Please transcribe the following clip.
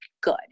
good